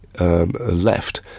left